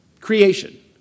creation